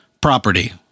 property